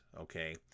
okay